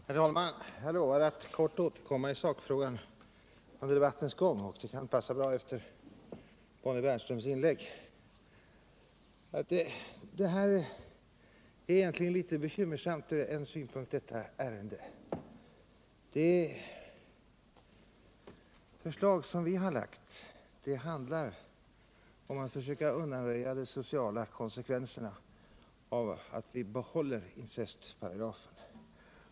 Herr talman! Jag lovade att kort återkomma i sakfrågan under debattens gång, och det kan passa bra efter Bonnie Bernströms inlägg. Detta ärende är egentligen litet bekymmersamt ur en synpunkt. Det förslag som jag har framlagt handlar om att försöka undanröja de sociala konsekvenserna av att vi behåller incestparagrafen.